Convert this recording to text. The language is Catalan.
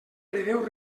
preveu